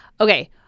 Okay